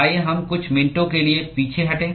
आइए हम कुछ मिनटों के लिए पीछे हटें